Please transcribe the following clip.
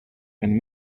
and